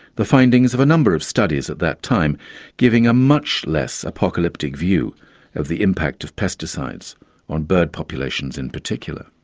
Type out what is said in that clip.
the findings of a number of studies at that time giving a much less apocalyptic view of the impact of pesticides on bird populations in particular.